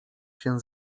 się